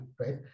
right